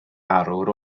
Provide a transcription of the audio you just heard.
arwr